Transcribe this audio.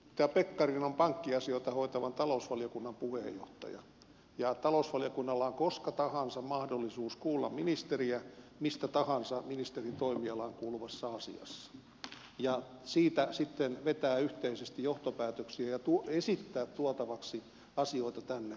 edustaja pekkarinen on pankkiasioita hoitavan talousvaliokunnan puheenjohtaja ja talousvaliokunnalla on koska tahansa mahdollisuus kuulla ministeriä missä tahansa ministerin toimialaan kuuluvassa asiassa ja siitä sitten vetää yhteisesti johtopäätöksiä ja esittää asioita tuotaviksi tänne